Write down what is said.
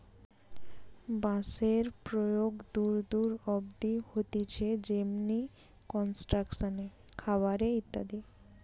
বাঁশের প্রয়োগ দূর দূর অব্দি হতিছে যেমনি কনস্ট্রাকশন এ, খাবার এ ইত্যাদি